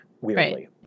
weirdly